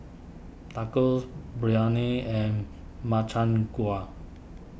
Tacos Biryani and Makchang Gui